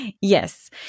Yes